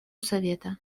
совета